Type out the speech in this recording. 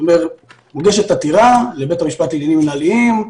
מוגשת עתירה לבית משפט לעניינים מינהליים,